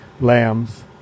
Lambs